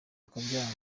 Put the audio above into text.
akabyanga